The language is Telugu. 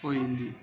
పోయింది